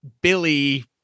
Billy